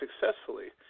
successfully